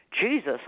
jesus